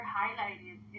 highlighted